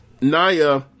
Naya